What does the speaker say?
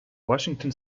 washington